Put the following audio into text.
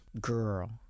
girl